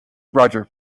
roger